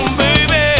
baby